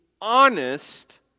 honest